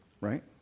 right